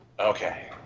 okay